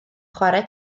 chwarae